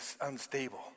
unstable